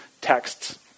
texts